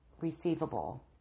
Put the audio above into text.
receivable